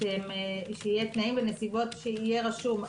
שיהיו תנאים ונסיבות שיהיו רשומים.